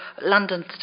London